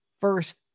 first